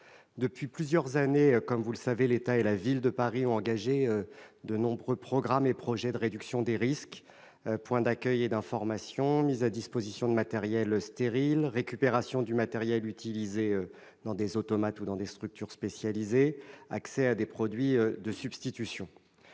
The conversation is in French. Depuis plusieurs années, l'État et la Ville de Paris ont engagé de nombreux programmes et projets de réduction des risques : points d'accueil et d'information, mise à disposition de matériel stérile et récupération du matériel utilisé dans des structures spécialisées ou des automates, accès à des produits de substitution